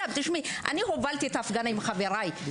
אני הובלתי את ההפגנה עם חברי בפרשת הדם,